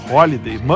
Holiday